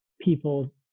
people